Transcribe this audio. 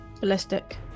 ballistic